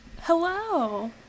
hello